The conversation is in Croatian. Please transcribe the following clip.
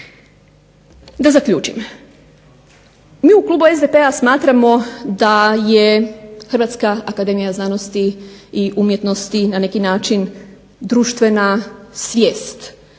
Da zaključim. Mi u klubu SDP-a smatramo da je Hrvatska akademija znanosti i umjetnosti na neki način društvena svijest